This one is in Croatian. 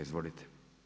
Izvolite.